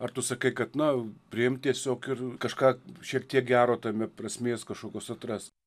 ar tu sakai kad na priimt tiesiog ir kažką šiek tiek gero tame prasmės kažkokios atras